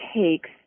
takes